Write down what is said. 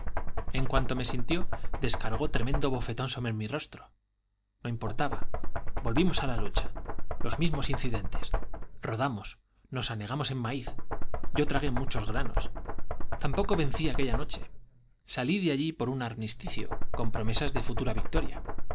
en cuanto me sintió descargó tremendo bofetón sobre mi rostro no importaba volvimos a la lucha los mismos incidentes rodamos nos anegamos en maíz yo tragué muchos granos y tampoco vencí aquella noche salí de allí por un armisticio con promesas de futura victoria